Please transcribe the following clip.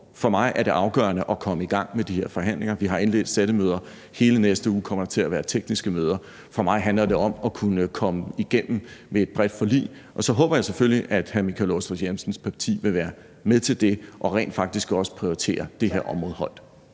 for mig er det afgørende at komme i gang med de her forhandlinger. Vi har indledt sættemøder, og hele næste uge kommer der til at være tekniske møder. For mig handler det om at kunne komme igennem med et bredt forlig. Og så håber jeg selvfølgelig, at hr. Michael Aastrup Jensens parti vil være med til det og rent faktisk også prioriterer det her område højt.